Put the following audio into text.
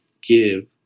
give